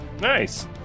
Nice